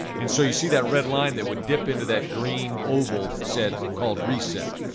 and so you see that red line that would dip into that green oval set called reset.